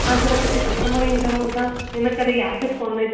तव्हांजे वटि हिते कस्टमर ईंदा हूंदा इन करे यादि कोन्हे